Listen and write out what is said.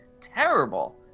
Terrible